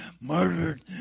murdered